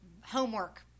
homework